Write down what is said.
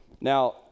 Now